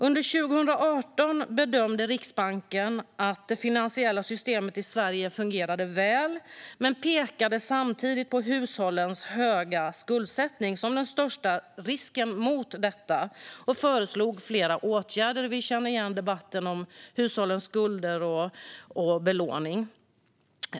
Under 2018 bedömde Riksbanken att det finansiella systemet i Sverige fungerade väl, men man pekade samtidigt på hushållens höga skuldsättning som den största risken mot detta och föreslog flera åtgärder. Vi känner igen debatten om hushållens skulder och belåning.